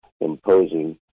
imposing